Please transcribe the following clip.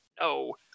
no